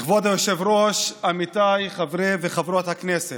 כבוד היושב-ראש, עמיתיי חברי וחברות הכנסת,